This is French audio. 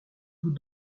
vous